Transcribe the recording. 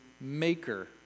maker